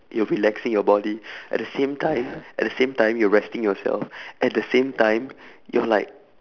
you're relaxing your body at the same time at the same time you're resting yourself at the same time you're like